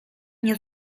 nie